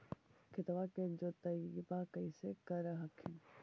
खेतबा के जोतय्बा कैसे कर हखिन?